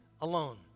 alone